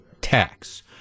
tax